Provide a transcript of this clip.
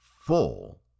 full